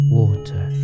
water